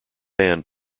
band